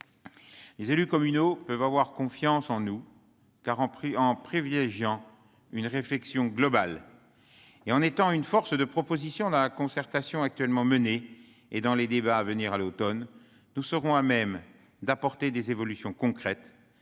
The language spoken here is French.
Les élus communaux peuvent avoir confiance en nous, car, en privilégiant une réflexion globale et en étant force de proposition dans la concertation actuellement menée et dans les débats à venir cet automne, nous serons à même d'apporter des évolutions concrètes,